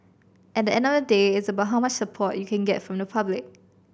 at the end of the day it's about how much support you can get from the public